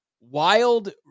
wild